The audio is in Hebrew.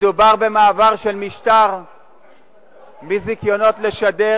מדובר במעבר של משטר מזיכיונות לשדר